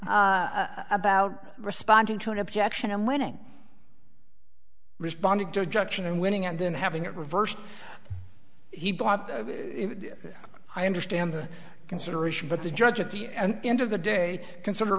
about responding to an objection and winning responded to a judge and winning and then having it reversed he bought i understand the consideration but the judge at the end of the day consider